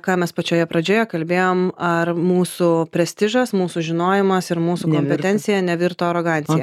ką mes pačioje pradžioje kalbėjom ar mūsų prestižas mūsų žinojimas ir mūsų kompetencija nevirto arogancija